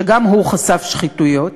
שגם הוא חשף שחיתויות,